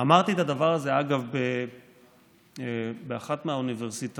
אמרתי את הדבר הזה, אגב, באחת מהאוניברסיטאות